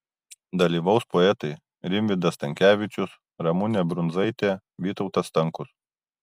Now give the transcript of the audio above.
dalyvaus poetai rimvydas stankevičius ramunė brundzaitė vytautas stankus